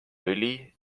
õli